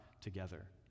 together